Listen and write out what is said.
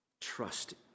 Trust